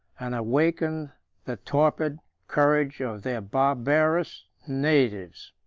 and awakened the torpid courage of their barbarous natives.